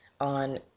on